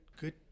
good